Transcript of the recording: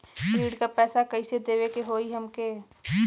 ऋण का पैसा कइसे देवे के होई हमके?